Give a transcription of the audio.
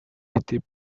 été